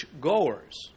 goers